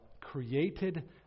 created